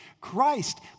Christ